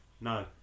No